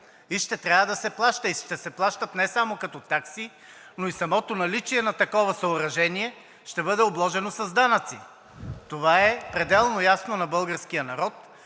и ще трябва да се плаща, и ще се плаща не само като такси, но и самото наличие на такова съоръжение ще бъде обложено с данъци. Това е пределно ясно на българския народ,